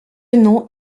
nom